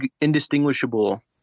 indistinguishable